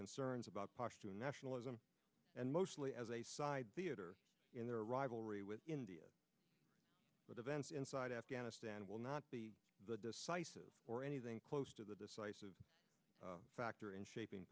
concerns about pashtoon nationalism and mostly as a side in their rivalry with india but events inside afghanistan will not be the decisive or anything close to the decisive factor in shaping